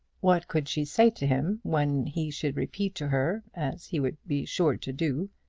what could she say to him when he should repeat to her, as he would be sure to do,